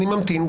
אני ממתין,